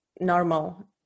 normal